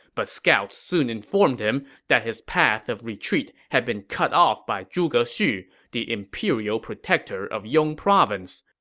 but scouts soon informed him that his path of retreat had been cut off by zhuge xu, the imperial protector of yong province.